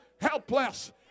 helpless